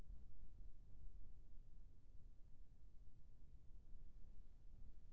फूलगोभी बर सबले बढ़िया माटी का ये? अउ कोन कोन खाद के प्रयोग करना ये?